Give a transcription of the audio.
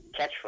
catchphrase